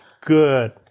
good